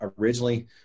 originally